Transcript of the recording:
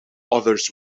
others